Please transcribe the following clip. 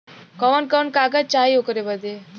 कवन कवन कागज चाही ओकर बदे?